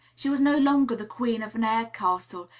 she was no longer the queen of an air-castle,